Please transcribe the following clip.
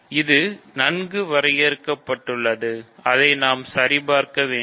இது நன்கு வரையறுக்கப்பட்டுள்ளது அதை நாம் சரிபார்க்க வேண்டும்